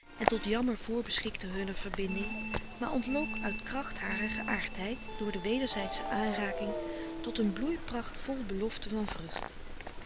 en tot jammer voorbeschikte hunner verbinding maar ontlook uit kracht harer geaardheid door de wederzijdsche aanraking tot een bloei pracht vol belofte van vrucht